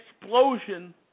explosion